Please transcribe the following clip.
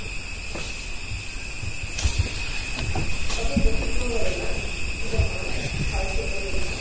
ᱟᱵᱚ ᱯᱚᱥᱪᱤᱢ ᱵᱚᱝᱜᱚ ᱨᱮᱱᱟᱜ ᱡᱟᱦᱟᱸ ᱦᱚᱭ ᱦᱤᱸᱥᱤᱫ ᱠᱚ ᱢᱮᱱᱟᱜᱼᱟ